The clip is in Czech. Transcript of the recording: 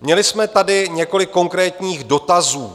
Měli jsme tady několik konkrétních dotazů.